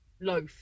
loaf